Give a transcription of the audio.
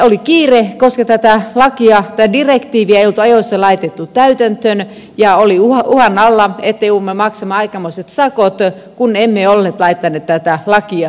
oli kiire koska tätä direktiiviä ei oltu ajoissa laitettu täytäntöön ja oli uhan alla että joudumme maksamaan aikamoiset sakot kun emme olleet laittaneet tätä lakia täytäntöön